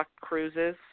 cruises